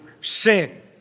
sin